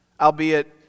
albeit